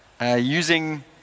using